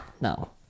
No